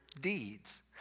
deeds